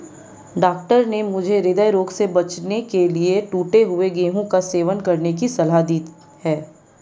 doctor ने मुझे हृदय रोग से बचने के लिए टूटे हुए गेहूं का सेवन करने की सलाह दी है